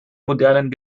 modernen